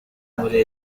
muri